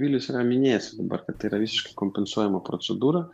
vilius yra minėjęs jau dabar kad tai yra visiškai kompensuojama procedūra